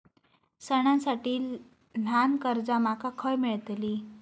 सणांसाठी ल्हान कर्जा माका खय मेळतली?